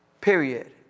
period